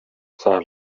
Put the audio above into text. باید